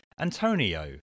Antonio